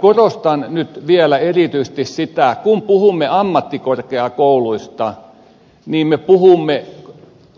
korostan nyt vielä erityisesti sitä että kun puhumme ammattikorkeakouluista niin me puhumme